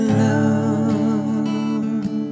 love